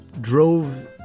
drove